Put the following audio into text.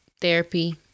therapy